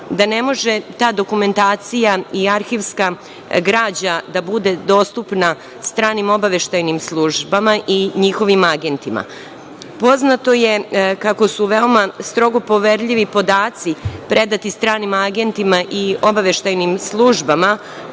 da ne može ta dokumentacija i arhivska građa da bude dostupna stranim obaveštajnim službama i njihovim agentima. Poznato je kako su veoma strogo poverljivi podaci predati stranim agentima i obaveštajnim službama